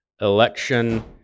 election